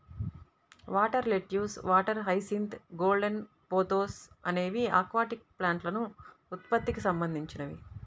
water lettuce, water hyacinth, golden pothos అనేవి aquatic ప్లాంట్ల ఉత్పత్తికి సంబంధించినవి